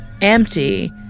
empty